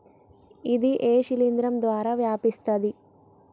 ఇది ఏ శిలింద్రం ద్వారా వ్యాపిస్తది?